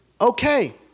Okay